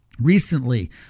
Recently